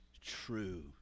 true